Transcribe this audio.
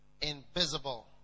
Invisible